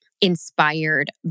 inspired